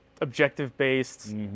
objective-based